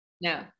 no